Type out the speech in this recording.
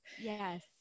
yes